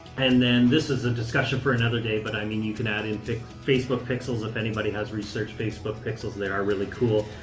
and then this is a discussion for another day, but i mean, you can add in facebook pixels if anybody has researched facebook pixels, they are really cool.